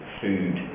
food